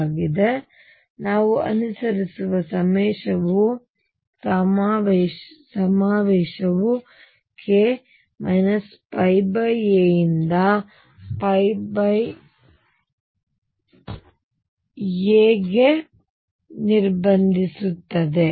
ಆದುದರಿಂದ ನಾವು ಅನುಸರಿಸುವ ಸಮಾವೇಶವು k a ಯಿಂದ a ಗೆ ನಿರ್ಬಂಧಿಸುತ್ತದೆ